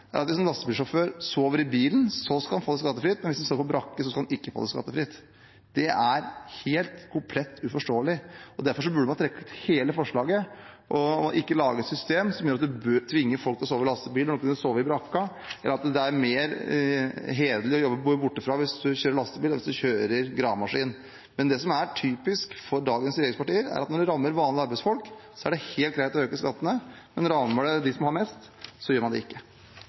at hvis en lastebilsjåfør sover i bilen, skal han få det skattefritt, men hvis han sover på brakke, skal han ikke få det skattefritt. Det er komplett uforståelig. Derfor burde man trekke hele forslaget og ikke lage et system som tvinger folk til å sove i lastebilen når de kunne sovet i brakka, eller at det er mer hederlig å jobbe hjemmefra hvis man kjører lastebil, enn hvis man kjører gravemaskin. Det som er typisk for dagens regjeringspartier, er at når man rammer vanlige arbeidsfolk, er det helt greit å øke skattene, men rammer det dem som har mest, gjør man det ikke.